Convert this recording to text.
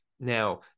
Now